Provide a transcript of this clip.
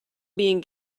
being